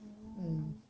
orh